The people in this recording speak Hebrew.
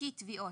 פקיד תביעות,